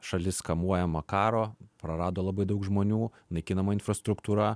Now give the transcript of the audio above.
šalis kamuojama karo prarado labai daug žmonių naikinama infrastruktūra